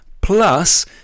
plus